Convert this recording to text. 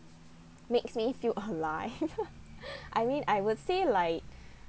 makes me feel alive I mean I would say like